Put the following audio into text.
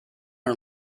her